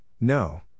No